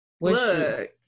Look